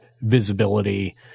visibility